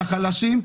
לחלשים,